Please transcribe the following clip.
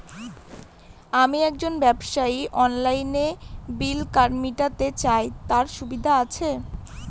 আমি একজন ব্যবসায়ী অনলাইনে বিল মিটাতে চাই তার সুবিধা আছে কি?